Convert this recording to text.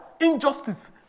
injustice